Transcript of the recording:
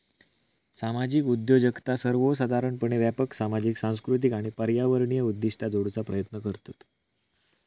सामाजिक उद्योजकता सर्वोसाधारणपणे व्यापक सामाजिक, सांस्कृतिक आणि पर्यावरणीय उद्दिष्टा जोडूचा प्रयत्न करतत